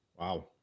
wow